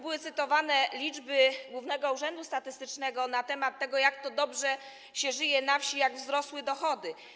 Były tu cytowane liczby Głównego Urzędu Statystycznego na temat tego, jak to dobrze się żyje na wsi, jak wzrosły dochody.